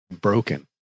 broken